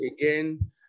Again